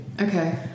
Okay